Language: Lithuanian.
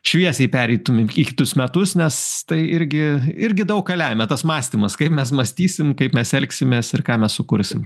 šviesiai pereitumėm į kitus metus nes tai irgi irgi daug ką lemia tas mąstymas kaip mes mąstysim kaip mes elgsimės ir ką mes sukursim